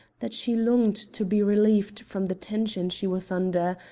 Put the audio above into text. that she longed to be relieved from the tension she was under,